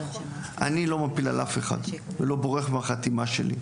אני לא מפיל על אף אחד ולא בורח מהחתימה שלי.